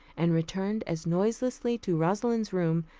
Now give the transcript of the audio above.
and returned as noiselessly to rosalind's room,